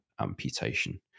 amputation